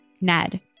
Ned